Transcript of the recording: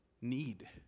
need